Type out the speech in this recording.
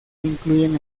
incluyen